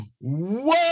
whoa